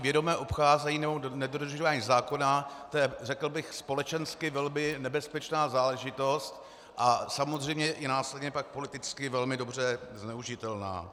Vědomé obcházení nebo nedodržování zákona je, řekl bych, společensky velmi nebezpečná záležitost a samozřejmě i následně pak politicky velmi dobře zneužitelná.